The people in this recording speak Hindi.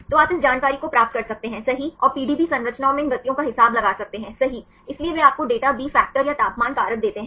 तो आप इस जानकारी को प्राप्त कर सकते हैं सही और पीडीबी संरचनाओं में इन गतियों का हिसाब लगा सकते हैं सही इसीलिए वे आपको डेटा बी फैक्टर या तापमान कारक देते हैं